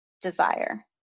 desire